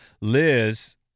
Liz